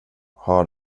har